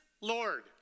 Lord